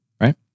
right